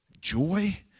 Joy